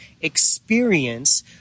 experience